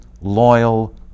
loyal